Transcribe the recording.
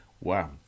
Wow